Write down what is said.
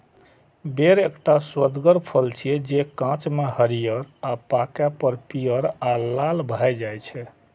बेर एकटा सुअदगर फल छियै, जे कांच मे हरियर आ पाके पर पीयर आ लाल भए जाइ छै